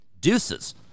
Deuces